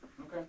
Okay